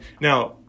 Now